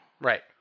Right